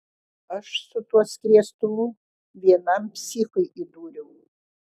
aš su tuo skriestuvu vienam psichui įdūriau